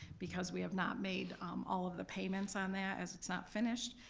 because we have not made all of the payments on that, as it's not finished,